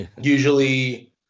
Usually